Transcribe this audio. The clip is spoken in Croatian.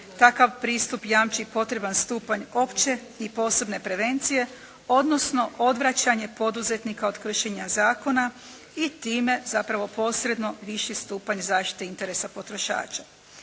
takav pristup jamči potreban stupanj opće i posebne prevencije odnosno odvraćanje poduzetnika od kršenja zakona i time zapravo posredno viši stupanj zaštite interesa potrošača.